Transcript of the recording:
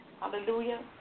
Hallelujah